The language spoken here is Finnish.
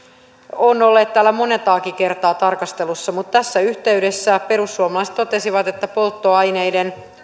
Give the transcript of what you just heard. ovat olleet täällä montakin kertaa tarkastelussa mutta tässä yhteydessä perussuomalaiset totesivat että polttoaineiden